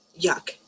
yuck